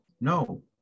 No